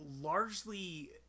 largely